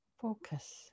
focus